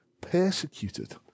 persecuted